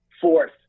Fourth